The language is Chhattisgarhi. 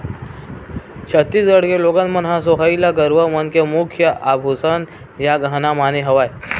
छत्तीसगढ़ के लोगन मन ह सोहई ल गरूवा मन के मुख्य आभूसन या गहना माने हवय